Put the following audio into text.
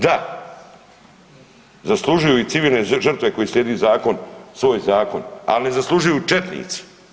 Da, zaslužuju i civilne žrtve koji slijedi zakon, svoj zakon, ali ne zaslužuju četnici.